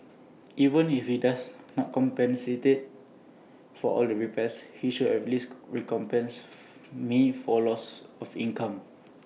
even if he does not compensate for all the repairs he should at least recompense me for loss of income